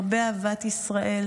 הרבה אהבת ישראל,